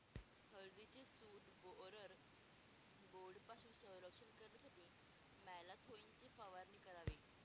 हळदीचे shoot borer बोर्डपासून संरक्षण करण्यासाठी मॅलाथोईनची फवारणी करावी